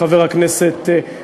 שאליו מתייחס חבר הכנסת מזרחי,